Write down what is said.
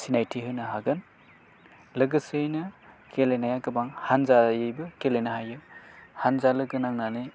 सिनायथि होनो हागोन लोगोसेयैनो गेलेनाया गोबां हान्जायैबो गेलेनो हायो हान्जा लोगो नांनानै